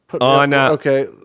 Okay